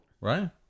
right